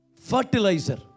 Fertilizer